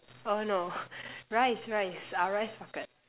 oh no rice rice our rice bucket